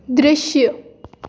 दृश्य